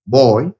boy